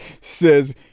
says